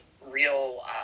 real